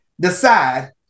decide